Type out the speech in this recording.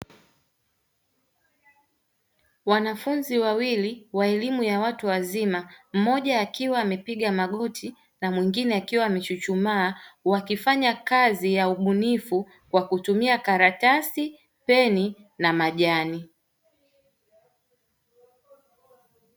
Wanafunzi wawili wa elimu ya watu wazima mmoja akiwa amepiga magoti na mwingine kuchuchumaa wakifanya kazi ya ubunifu kwa kutumia karatasi peni na majani.